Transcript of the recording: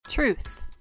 truth